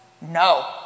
no